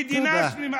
מדינה שלמה.